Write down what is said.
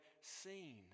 seen